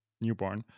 newborn